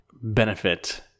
benefit